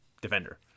defender